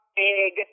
big